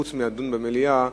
חוץ מלדון במליאה,